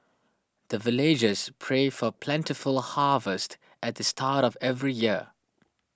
the villagers pray for plentiful harvest at the start of every year